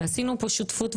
ועשינו פה שותפות,